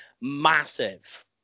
massive